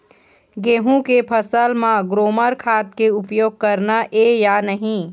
गेहूं के फसल म ग्रोमर खाद के उपयोग करना ये या नहीं?